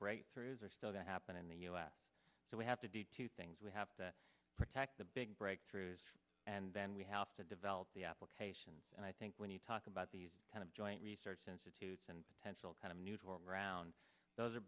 breakthroughs are still to happen in the u s so we have to do two things we have to protect the big breakthroughs and then we have to develop the applications and i think when you talk about these kind of joint research institutes and potential kind of neutral ground those are